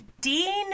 Dean